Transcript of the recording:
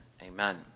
Amen